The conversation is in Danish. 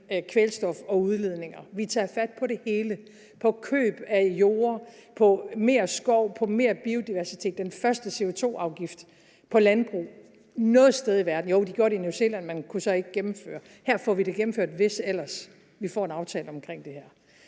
kvælstof og udledninger; vi tager fat på det hele – på køb af jorder, på at få mere skov og mere biodiversitet og på at indføre den første CO2-afgift på landbruget noget sted i verden. De gjorde det godt nok i New Zealand, men kunne så ikke gennemføre det. Her får vi det gennemført, hvis ellers vi får en aftale om det her.